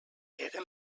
eren